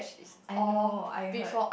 I know I heard